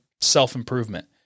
self-improvement